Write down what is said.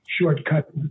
shortcut